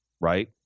Right